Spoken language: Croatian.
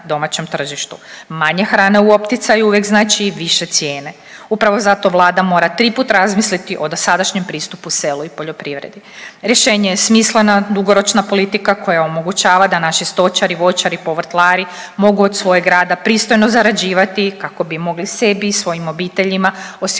domaćem tržištu. Manje hrane u opticaju znači i više cijene. Upravo zato Vlada mora triput razmisliti o dosadašnjem pristupu selu i poljoprivredi. Rješenje je smislena dugoročna politika koja omogućava da naši stočari, voćari, povrtlari mogu od svojeg rada pristojno zarađivati kako bi mogli sebi i svojim obiteljima osigurati